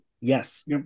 yes